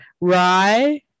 rye